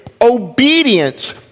obedience